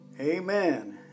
Amen